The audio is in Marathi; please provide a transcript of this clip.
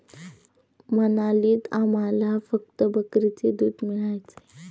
मनालीत आम्हाला फक्त बकरीचे दूध मिळायचे